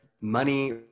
money